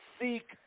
seek